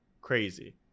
Crazy